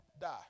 die